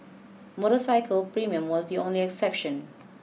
motorcycle premium was the only exception